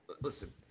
Listen